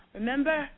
Remember